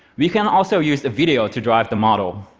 we can also use a video to drive the model.